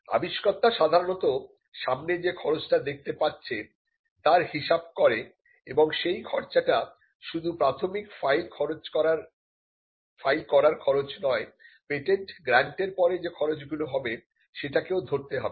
আবিষ্কর্তা সাধারণত সামনে যে খরচা টা দেখতে পাচ্ছে তার হিসাব করে এবং সেই খরচাটা শুধু প্রাথমিক ফাইল করার খরচ নয় পেটেন্ট গ্র্যান্টের পরে যে খরচগুলো হবে সেটা কে ও ধরতে হবে